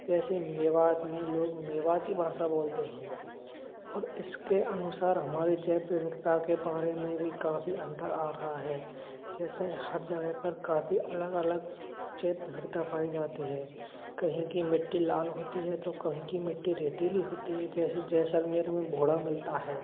जैसे मेवात में लोग मेवाती भाषा बोलते हैं और इसके अनुसार हमारे जै पेमिखता के पाड़े में भी काफ़ी अंतर आ रहा है जैसे हर जगह पर काफ़ी अलग अलग जै पेमिखता पाई जाती है कहीं की मिट्टी लाल होती है तो कहीं की रेती होती है जैसे जैसलमेर में भोड़ा मिलता है